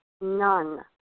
none